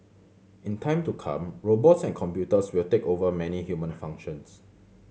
in time to come robots and computers will take over many human functions